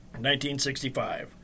1965